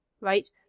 right